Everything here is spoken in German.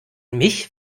mich